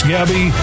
Gabby